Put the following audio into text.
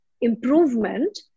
improvement